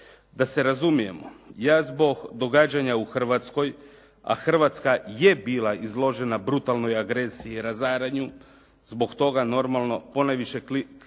Da se razumijemo, ja zbog događanja u Hrvatskoj, a Hrvatska je bila izložena brutalnoj agresiji i razaranju, zbog toga normalno ponajviše krivim